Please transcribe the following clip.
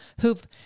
who've